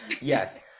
yes